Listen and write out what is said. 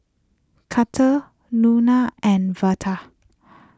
Carter Luana and Veda